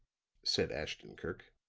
said ashton-kirk.